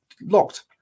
locked